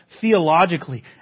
theologically